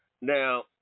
Now